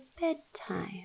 bedtime